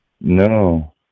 No